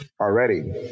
already